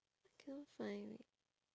I cannot find it